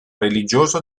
religioso